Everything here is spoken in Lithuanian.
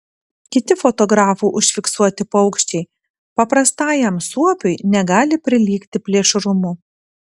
kiti fotografų užfiksuoti paukščiai paprastajam suopiui negali prilygti plėšrumu